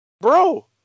bro